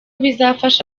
bizafasha